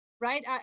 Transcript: right